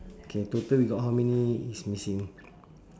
K total we got how many is missing